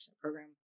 program